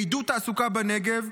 לעידוד תעסוקה בנגב,